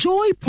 Joy